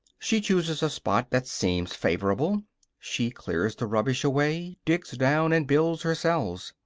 she chooses a spot that seems favorable she clears the rubbish away, digs down and builds her cells.